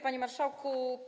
Panie Marszałku!